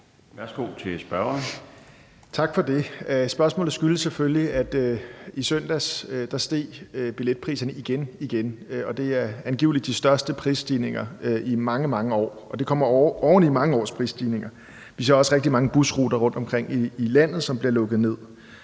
Dragsted (EL): Tak for det. Spørgsmålet skyldes selvfølgelig, at billetpriserne i søndags igen igen steg, og det er angivelig de største prisstigninger i mange, mange år, og det kommer jo oveni mange års prisstigninger. Vi ser også rigtig mange busruter rundtomkring i landet, som bliver lukket ned,